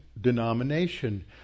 denomination